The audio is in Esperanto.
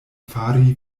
fari